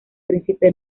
príncipe